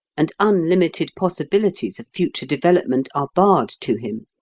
and unlimited possibilities of future development are barred to him.